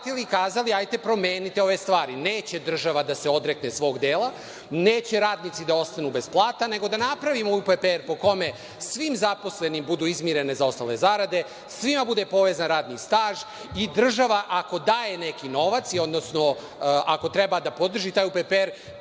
i kazali – promenite ove stvari, neće država da se odrekne svog dela, neće radnici da ostanu bez plata, nego da napravimo UPPR po kome svim zaposlenima da budu izmirene zaostale zarade, svima bude povezan radni staž i država ako daje neki novac, odnosno ako treba da podrži taj UPPR,